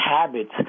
habits